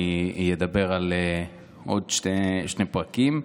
אני אדבר על עוד שני פרקים.